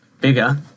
bigger